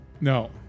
No